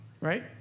right